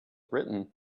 written